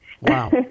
Wow